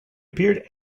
appeared